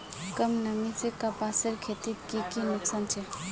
कम नमी से कपासेर खेतीत की की नुकसान छे?